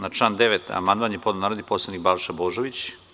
Na član 9. amandman je podneo narodni poslanik Balša Božović.